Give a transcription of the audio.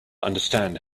understand